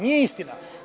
Nije istina.